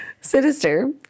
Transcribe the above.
Sinister